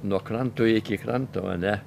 nuo kranto iki kranto ane